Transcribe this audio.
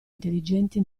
intelligenti